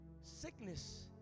sickness